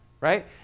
right